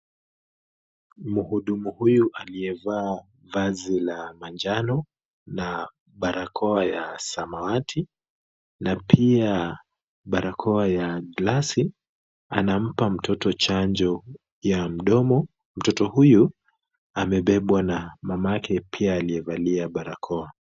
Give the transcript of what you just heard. Mhudumu huyu aliyevaa vazi la manjano na barakoa ya samawati na pia barakoa ya glasi, anampa mtoto chanjo ya mdomo, huyu amebebwa na mama yake pia aliyevalia barakoa.